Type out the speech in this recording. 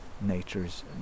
nature's